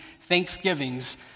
thanksgivings